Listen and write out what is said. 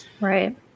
Right